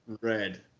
red